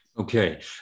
Okay